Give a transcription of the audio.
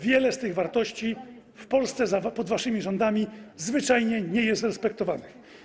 Wiele z tych wartości w Polsce pod waszymi rządami zwyczajnie nie jest respektowanych.